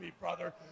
brother